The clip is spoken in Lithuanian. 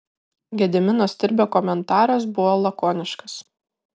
gedimino stirbio komentaras buvo lakoniškas